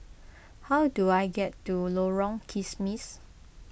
how do I get to Lorong Kismis